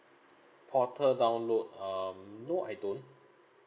portal download um no I don't